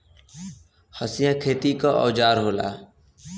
हंसिया खेती क औजार होला